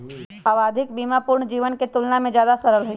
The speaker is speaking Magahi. आवधिक बीमा पूर्ण जीवन के तुलना में ज्यादा सरल हई